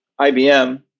IBM